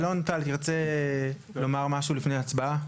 אלון טל ירצה לומר למשהו לפני ההצבעה?